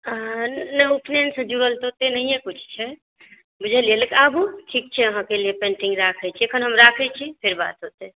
हँ नहि उपनयनसँ जुड़ल तऽ ओते नहिये किछु छै बुझलियै लेकिन आबू ठीक छै अहाँकेँ लिअ पेन्टिङ्ग राखैत छी एखन हम राखैत छी फेर बात होयतै